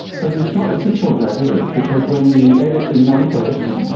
but it's not as simple as that, is it, because when you edit in one place,